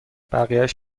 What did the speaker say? بقیهاش